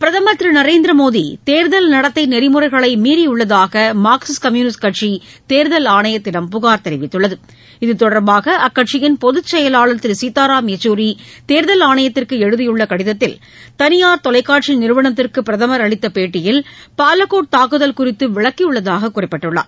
பிரதமர் திரு நரேந்திர மோடி தேர்தல் நடத்தை நெறிமுறைகளை மீறியுள்ளதாக மார்க்சிஸ்ட் கம்யூனிஸ்ட் கட்சி தேர்தல் அணையத்திடம் புகார் தெரிவித்துள்ளது இதுதொடர்பாக அக்கட்சியின் பொதுச்செயலாளர் திரு சீத்தாராம் பெச்சூரி தேர்தல் ஆணையத்திற்கு எழுதியுள்ள கடிதத்தில் தனியார் தொலைக்காட்சி நிறுவனத்திற்கு பிரதமர் அளித்த பேட்டியில் பாலகோட் தாக்குதல் குறித்து விளக்கியுள்ளதாக குறிப்பிட்டுள்ளார்